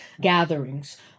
gatherings